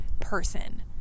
person